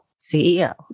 CEO